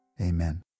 Amen